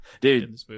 Dude